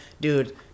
dude